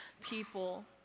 people